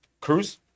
Cruz